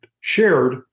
shared